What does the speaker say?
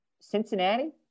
Cincinnati